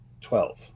Twelve